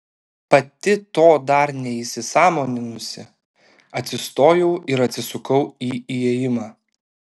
pati to dar neįsisąmoninusi atsistojau ir atsisukau į įėjimą